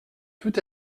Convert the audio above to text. tout